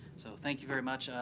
so thank you very much.